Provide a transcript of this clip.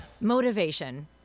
motivation